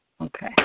Okay